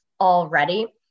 already